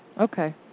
Okay